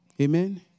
Amen